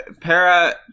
para